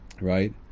Right